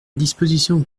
disposition